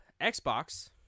Xbox